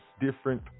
different